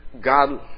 God